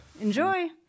Enjoy